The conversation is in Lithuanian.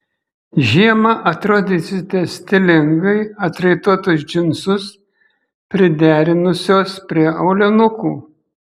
žiemą atrodysite stilingai atraitotus džinsus priderinusios prie aulinukų